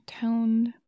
toned